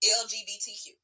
lgbtq